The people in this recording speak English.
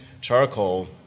charcoal